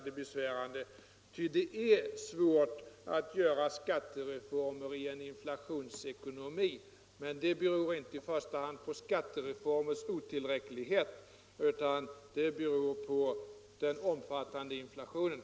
Det är nämligen svårt att göra en skattereform i en inflationsekonomi. Men det beror inte i första hand på skattereformens otillräcklighet utan på den omfattande inflationen.